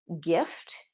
gift